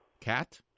Cat